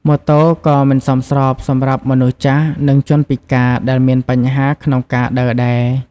ម៉ូតូក៏មិនសមស្របសម្រាប់មនុស្សចាស់ និងជនពិការដែលមានបញ្ហាក្នុងការដើរដែរ។